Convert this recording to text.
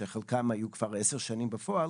שחלקם היו כבר עשר שנים בפועל,